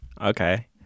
Okay